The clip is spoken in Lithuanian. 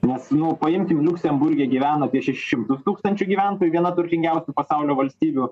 nes nu paimkim liuksemburge gyvena apie šešis šimtus tūkstančių gyventojų viena turtingiausių pasaulio valstybių